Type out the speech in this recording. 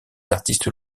artistes